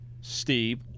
Steve